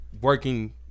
working